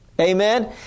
Amen